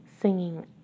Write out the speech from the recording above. singing